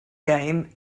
game